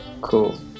cool